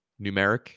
numeric